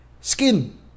skin